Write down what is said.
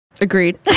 Agreed